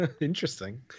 Interesting